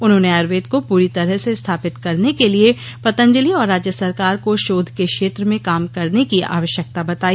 उन्होंने आयुर्वेद को पूरी तरह से स्थापित करने के लिए पतंजलि और राज्य सरकार को शोध के क्षेत्र में काम करने की आवश्यकता बताई